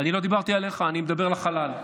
אני לא דיברתי עליך, אני מדבר לחלל.